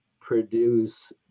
produce